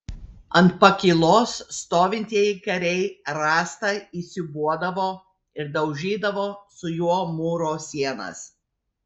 ant pakylos stovintieji kariai rąstą įsiūbuodavo ir daužydavo su juo mūro sienas